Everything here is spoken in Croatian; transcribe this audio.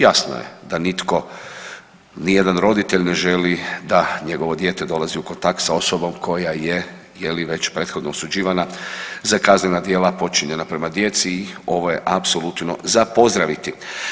Jadno je da nitko, ni jedan roditelj ne želi da njegovo dijete dolazi u kontakt sa osobom koja je, je li već prethodno osuđivana za kaznena djela počinjena prema djeci i ovo je apsolutno za pozdraviti.